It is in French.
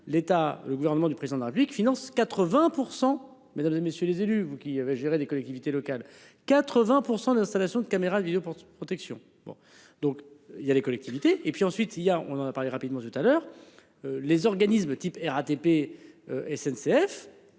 l'état, le gouvernement du président de la République finance 80% mais dans. Messieurs les élus, vous qui géré des collectivités locales, 80% d'installation de caméras de vidéo pour toute protection. Bon donc il y a des collectivités et puis ensuite il y a on en a parlé rapidement tout à l'heure. Les organismes type RATP. SNCF